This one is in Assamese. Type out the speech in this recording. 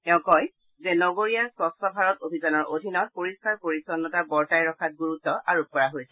তেওঁ কয় যে নগৰীয়া স্বচ্ছ ভাৰত অভিযানৰ অধিনত পৰিস্থাৰ পৰিচ্ছন্নতা বৰ্তাই ৰখাত গুৰুত্ব আৰোপ কৰা হৈছে